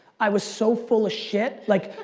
i was so full of shit, like,